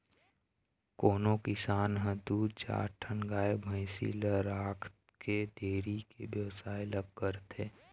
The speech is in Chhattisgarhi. कोनो किसान ह दू चार ठन गाय भइसी ल राखके डेयरी के बेवसाय ल करथे